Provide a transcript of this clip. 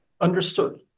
Understood